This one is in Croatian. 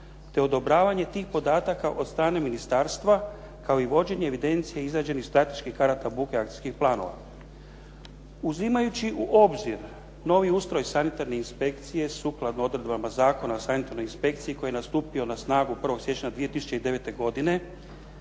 te odobravanje tih podataka od strane ministarstva kao i vođenje evidencije i izrađenih strateških karata buke i akcijskih planova. Uzimajući u obzir novi ustroj Sanitarne inspekcije sukladno odredbama Zakona o sanitarnoj inspekciji koji je stupio na snagu 1. siječnja 2009. godine